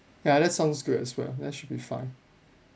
ya that sounds good as well that should be fine